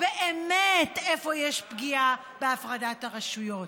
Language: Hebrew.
איפה באמת יש פגיעה בהפרדת הרשויות,